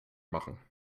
machen